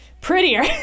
prettier